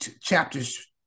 chapters